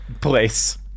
place